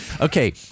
Okay